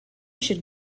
should